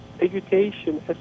education